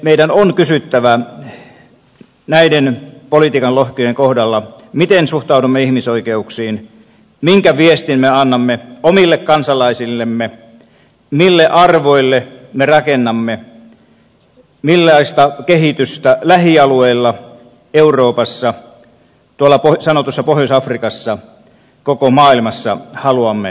meidän on kysyttävä näiden politiikan lohkojen kohdalla miten suhtaudumme ihmisoikeuksiin minkä viestin me annamme omille kansalaisillemme mille arvoille me raken namme millaista kehitystä lähialueilla euroopassa tuolla sanotussa pohjois afrikassa koko maailmassa haluamme edistää